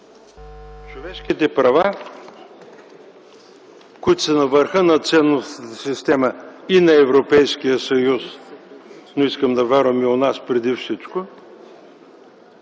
Човешките права, които са на върха на ценностната система и на Европейския съюз, но искам да вярвам и у нас преди всичко,